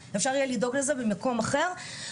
ופעם שנייה לפי תפוסת הלול כפי שהיא רשומה אצלנו.